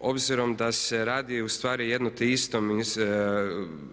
Obzirom da se radi ustvari o jednom te istom